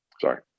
sorry